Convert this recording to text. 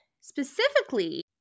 specifically